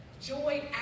joy